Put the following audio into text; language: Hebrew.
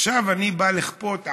עכשיו אני בא לכפות עליו: